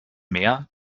meer